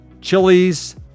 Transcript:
chilies